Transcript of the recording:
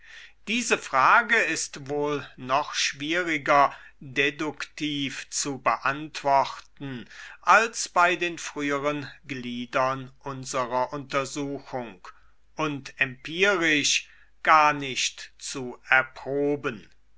diese frage ist wohl noch schwieriger deduktiv zu beantworten als bei den früheren gliedern unserer untersuchung und empirisch gar nicht zu erproben